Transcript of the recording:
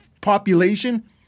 population